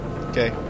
Okay